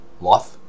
life